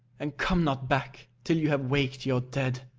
and come not back till you have waked your dead.